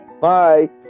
Bye